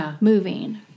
moving